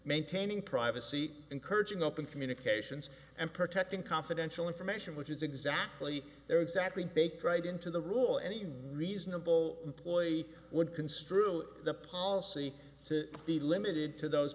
maintaining privacy encouraging open communications and protecting confidential information which is exactly exactly baked right into the rule any reasonable employee would construal the policy to be limited to those